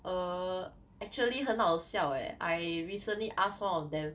err actually 很好笑 leh I recently asked one of them